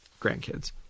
grandkids